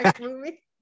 movie